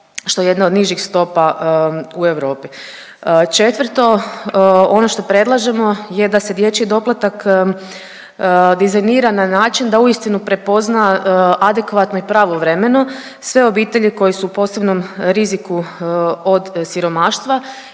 što je jedna od nižih stopa u Europi. Četvrto ono što predlažemo je da se dječji doplatak dizajnira na način da uistinu prepozna adekvatno i pravovremeno sve obitelji koje su u posebnom riziku od siromaštva